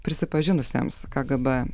prisipažinusiems kgb